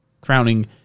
crowning